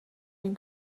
den